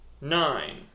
nine